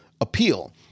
appeal